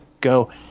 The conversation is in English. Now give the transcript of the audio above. go